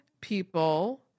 people